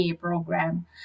program